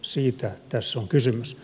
siitä tässä on kysymys